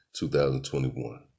2021